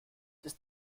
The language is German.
ist